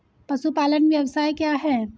पशुपालन व्यवसाय क्या है?